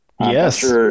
Yes